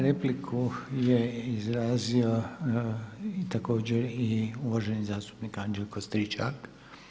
Repliku je izrazio također i uvaženi zastupnik Anđelko Stričak.